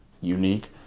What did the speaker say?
unique